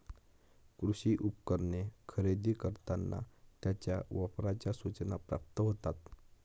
कृषी उपकरणे खरेदी करताना त्यांच्या वापराच्या सूचना प्राप्त होतात